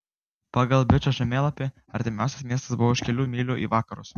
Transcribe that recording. pagal bičo žemėlapį artimiausias miestas buvo už kelių mylių į vakarus